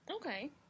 Okay